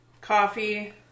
coffee